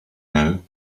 now